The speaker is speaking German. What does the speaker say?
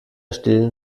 stellen